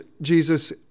Jesus